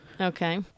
Okay